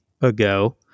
ago